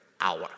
hour